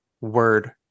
word